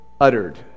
uttered